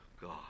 God